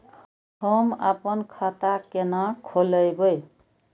हम आपन खाता केना खोलेबे?